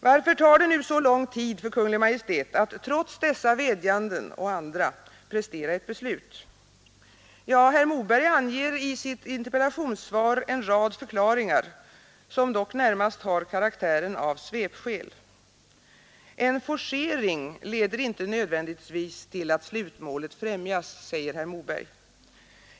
Varför tar det nu, trots dessa och andra vädjanden, så lång tid för Kungl. Maj:t att prestera ett beslut? Ja, herr Moberg anger i sitt interpellationssvar en rad förklaringar, som dock närmast har karaktären av svepskäl. ”En forcering ——— leder inte nödvändigtvis till att slutmålet främjas”, säger herr Moberg.